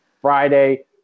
Friday